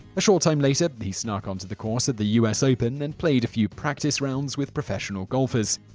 a short time later, he snuck on to the course at the u s. open and played a few practice rounds with professional golfers.